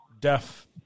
Deaf